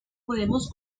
podemos